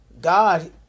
God